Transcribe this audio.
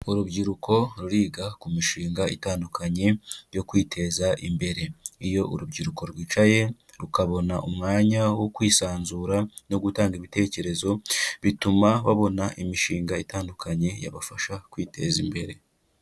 Urubyiruko ruriga ku mishinga itandukanye yo kwiteza imbere. Iyo urubyiruko rwicaye, rukabona umwanya wo kwisanzura no gutanga ibitekerezo, bituma babona imishinga itandukanye yabafasha kwiteza imbere.